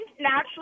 naturally